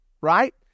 right